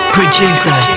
producer